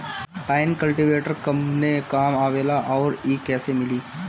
Tine cultivator कवने काम आवेला आउर इ कैसे मिली?